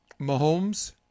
Mahomes